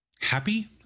happy